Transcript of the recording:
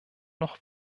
noch